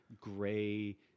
gray